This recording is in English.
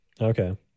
Okay